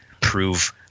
prove